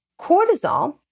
cortisol